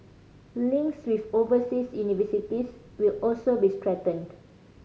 links with overseas universities will also be strengthened